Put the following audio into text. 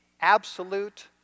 absolute